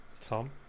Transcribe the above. Tom